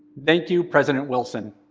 thank you, president wilson.